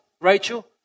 Rachel